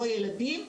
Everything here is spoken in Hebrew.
לא ילדים,